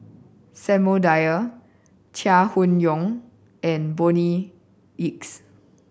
Samuel Dyer Chai Hon Yoong and Bonny Hicks